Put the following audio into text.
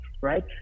right